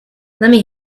lemme